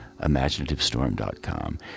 ImaginativeStorm.com